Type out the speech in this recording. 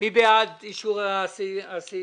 מי בעד אישור הסעיף?